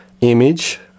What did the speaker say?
image